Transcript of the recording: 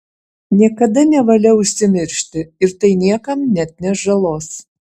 niekada nevalia užsimiršti ir tai niekam neatneš žalos